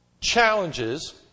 challenges